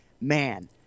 man